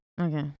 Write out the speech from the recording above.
Okay